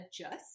adjust